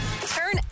Turn